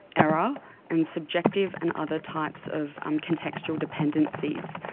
error and subjective and other types of um contextual dependencies.